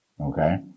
okay